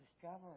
discover